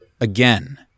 again